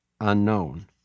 Unknown